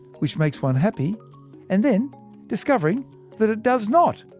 which makes one happy and then discovering that it does not.